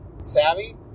savvy